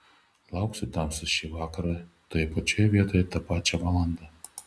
lauksiu tamstos šį vakarą toje pačioje vietoj tą pačią valandą